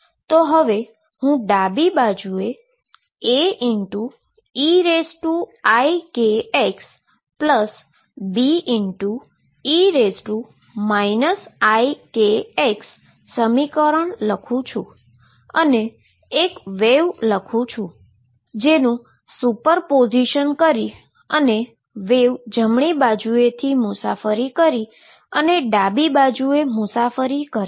તો હવે હું ડાબી બાજુએ AeikxBe ikx સમીકરણ લખું છું અને એક વેવ લખુ છું જે સુપરપોઝિશન કરી અને વેવ જમણી બાજુએથી મુસાફરી કરી અને ડાબી બાજુએ મુસાફરી કરે છે